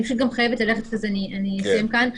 אני פשוט גם חייבת ללכת אז אני אסיים כאן.